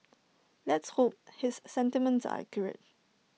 let's hope his sentiments are accurate